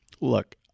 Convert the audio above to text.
look